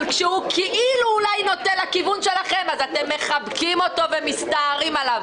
אבל כשהוא כאילו נוטה לכיוון שלכם אתם מחבקים אותו ומסתערים עליו.